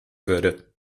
würde